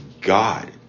God